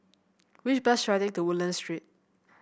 which bus should I take to Woodlands Street